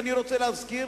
ואני רוצה להזכיר,